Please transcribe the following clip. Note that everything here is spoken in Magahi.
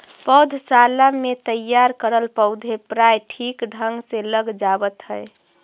पौधशाला में तैयार करल पौधे प्रायः ठीक ढंग से लग जावत है